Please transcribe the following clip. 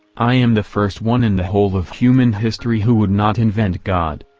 i am the first one in the whole of human history who would not invent god.